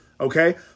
Okay